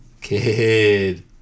kid